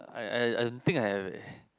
I I I think I